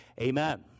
amen